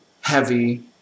heavy